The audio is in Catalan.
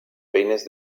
feines